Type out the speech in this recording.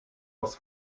aus